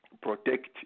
protect